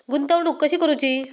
गुंतवणूक कशी करूची?